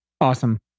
Awesome